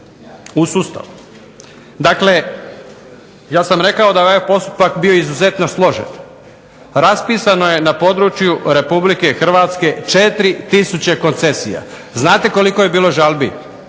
u sustavu. Dakle ja sam rekao da je ovaj postupak bio izuzetno složen, raspisano je na području Republike Hrvatske 4 tisuće koncesija. Znate koliko je bilo žalbi?